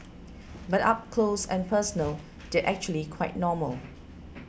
but up close and personal they're actually quite normal